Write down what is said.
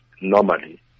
normally